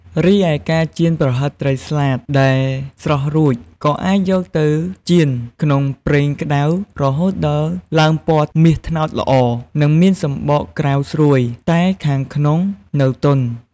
រីឯ ការចៀន ប្រហិតត្រីស្លាតដែលស្រុះរួច ក៏អាចយកទៅចៀនក្នុងប្រេងក្តៅរហូតដល់ឡើងពណ៌មាសត្នោតល្អ និងមានសំបកក្រៅស្រួយ តែខាងក្នុងនៅទន់។